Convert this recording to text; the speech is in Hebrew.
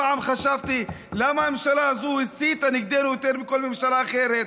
פעם חשבתי למה הממשלה הזאת הסיתה נגדנו יותר מכל ממשלה אחרת,